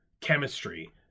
chemistry